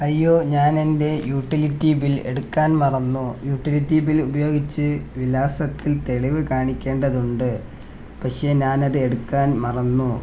അയ്യോ ഞാൻ എൻ്റെ യൂട്ടിലിറ്റി ബിൽ എടുക്കാൻ മറന്നു യൂട്ടിലിറ്റി ബിൽ ഉപയോഗിച്ച് വിലാസത്തിൽ തെളിവ് കാണിക്കേണ്ടതുണ്ട് പക്ഷേ ഞാൻ അത് എടുക്കാൻ മറന്നു